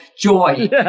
joy